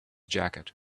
jacket